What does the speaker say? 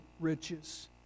riches